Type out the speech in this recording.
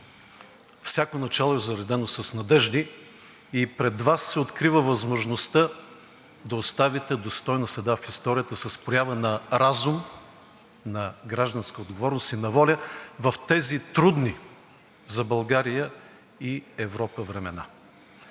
всяко начало е заредено с надежди и пред Вас се открива възможността да оставите достойна следа в историята с проява на разум, на гражданска отговорност и на воля в тези трудни за България и Европа времена.